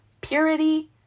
Purity